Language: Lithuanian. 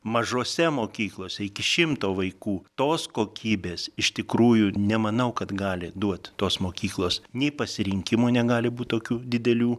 mažose mokyklose iki šimto vaikų tos kokybės iš tikrųjų nemanau kad gali duot tos mokyklos nei pasirinkimų negali būt tokių didelių